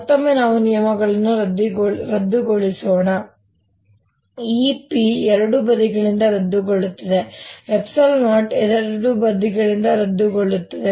ಮತ್ತೊಮ್ಮೆ ನಾವು ನಿಯಮಗಳನ್ನು ರದ್ದುಗೊಳಿಸೋಣ ಈ P ಎರಡೂ ಬದಿಗಳಿಂದ ರದ್ದುಗೊಳ್ಳುತ್ತದೆ ಈ 0 ಎರಡೂ ಬದಿಗಳಿಂದ ರದ್ದುಗೊಳ್ಳುತ್ತದೆ